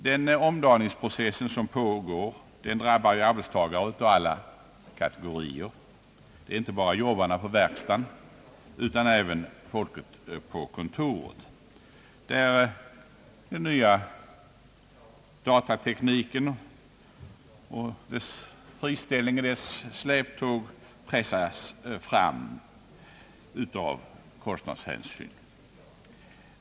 Den omdaningsprocess som pågår drabbar ju arbetstagare av alla kategorier, inte bara jobbarna på verkstaden utan även folket på kontoret, där den nya datatekniken med friställning i sitt släptåg pressas fram av kostnadshänsyn.